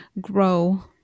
grow